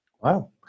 Wow